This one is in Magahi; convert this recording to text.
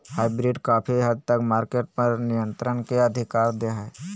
हाइब्रिड काफी हद तक मार्केट पर नियन्त्रण के अधिकार दे हय